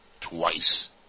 twice